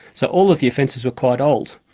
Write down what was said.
so all of the offences were quite old.